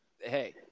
Hey